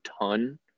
ton